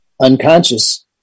unconscious